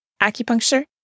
acupuncture